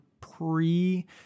pre